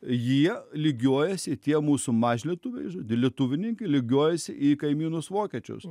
jie lygiuojasi tie mūsų mažlietuviai lietuvininkai lygiuojasi į kaimynus vokiečius